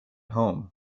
home